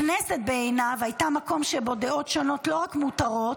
הכנסת בעיניו הייתה מקום שבו דעות שונות לא רק מותרות,